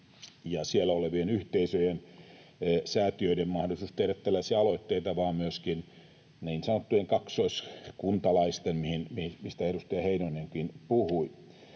ja siellä olevien yhteisöjen, säätiöiden mahdollisuus tehdä tällaisia aloitteita vaan myöskin niin sanottujen kaksoiskuntalaisten, mistä edustaja Heinonenkin puhui.